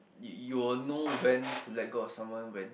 you will know when to let go of someone when